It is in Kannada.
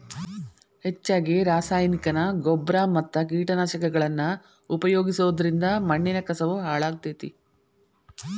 ಹೆಚ್ಚಗಿ ರಾಸಾಯನಿಕನ ಗೊಬ್ಬರ ಮತ್ತ ಕೇಟನಾಶಕಗಳನ್ನ ಉಪಯೋಗಿಸೋದರಿಂದ ಮಣ್ಣಿನ ಕಸವು ಹಾಳಾಗ್ತೇತಿ